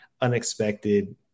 unexpected